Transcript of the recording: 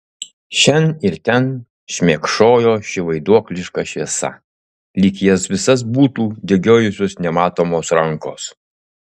šen ir ten šmėkšojo ši vaiduokliška šviesa lyg jas visas būtų degiojusios nematomos rankos